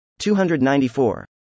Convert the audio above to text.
294